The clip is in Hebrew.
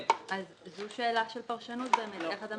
זו שאלה של פרשנות באמת איך אתה מתייחס